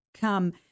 come